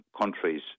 Countries